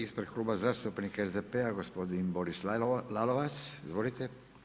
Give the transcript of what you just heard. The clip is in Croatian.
Ispred Kluba zastupnika SDP-a, gospodin Boris Lalovac, izvolite.